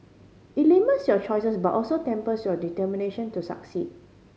it limits your choices but also tempers your determination to succeed